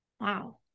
Wow